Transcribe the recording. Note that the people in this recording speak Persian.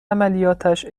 عملیاتش